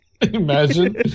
Imagine